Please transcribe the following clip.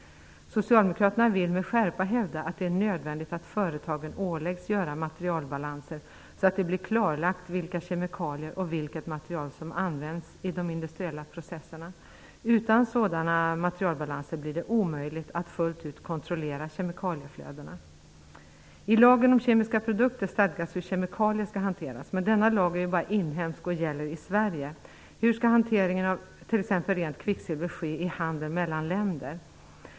Socialdemokraterna vill med skärpa hävda att det är nödvändigt att företagen åläggs göra materialbalanser så att det blir klarlagt vilka kemikalier och vilket material som används i de industriella processerna. Utan sådana materialbalanser blir det omöjligt att fullt ut kontrollera kemikalieflödena. I lagen om kemiska produkter stadgas hur kemikalier skall hanteras, men denna lag är ju bara inhemsk och gäller i Sverige. Hur skall hanteringen av t.ex. rent kvicksilver ske i handeln mellan länder?